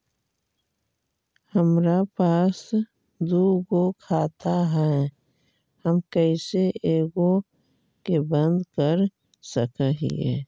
हमरा पास दु गो खाता हैं, हम कैसे एगो के बंद कर सक हिय?